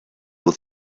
with